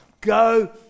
Go